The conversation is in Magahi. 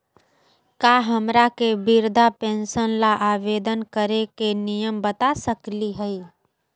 का हमरा के वृद्धा पेंसन ल आवेदन करे के नियम बता सकली हई?